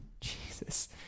Jesus